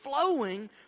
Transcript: flowing